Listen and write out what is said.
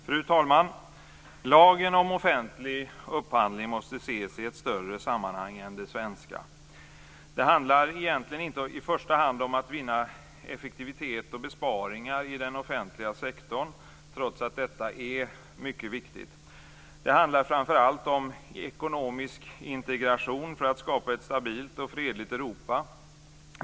Fru talman! Lagen om offentlig upphandling måste ses i ett större sammanhang än det svenska. Det handlar egentligen i första hand inte om att vinna effektivitet och besparingar i den offentliga sektorn, trots att detta är mycket viktigt. Det handlar framför allt om ekonomisk integration för att skapa ett stabilt och fredligt Europa.